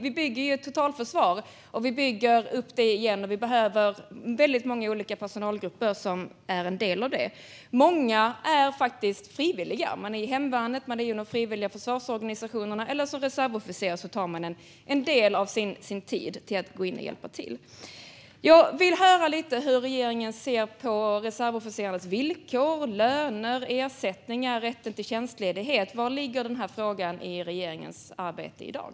Vi bygger ju ett totalförsvar, och vi behöver väldigt många olika personalgrupper som delar av det. Många är faktiskt frivilliga. I hemvärnet, i de frivilliga försvarsorganisationerna eller som reservofficer tar man en del av sin tid till att gå in och hjälpa till. Jag vill höra lite om hur regeringen ser på reservofficerarnas villkor, löner, ersättningar och rätt till tjänstledighet. Var ligger den här frågan i regeringens arbete i dag?